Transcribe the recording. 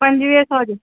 पंजवीह सौ जो